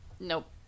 nope